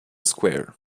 square